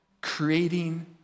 creating